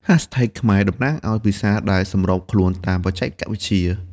ហាស់ថេកខ្មែរតំណាងឱ្យភាសាដែលសម្របខ្លួនតាមបច្ចេកវិទ្យា។